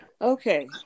Okay